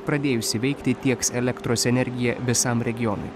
pradėjusi veikti tieks elektros energiją visam regionui